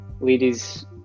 ladies